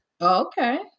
Okay